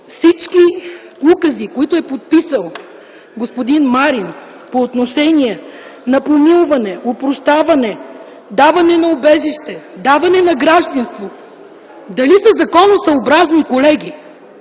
всички укази, които е подписал господин Марин по отношение на помилване, опрощаване, даване на убежище, даване на гражданство – дали са законосъобразни?